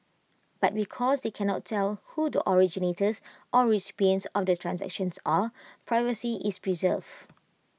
but because they cannot tell who the originators or recipients on the transactions are privacy is preserved